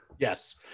yes